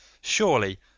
surely